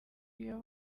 iyo